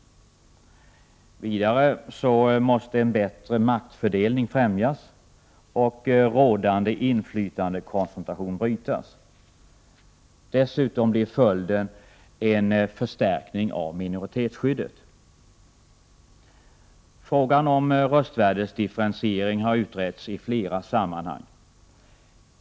Vidare måste en bättre maktfördelning främjas och rådande inflytandekoncentration brytas. Dessutom blir följden en förstärkning av minoritetsskyddet. Frågan om röstvärdesdifferentiering har utretts i flera sammanhang.